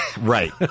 Right